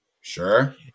Sure